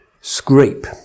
scrape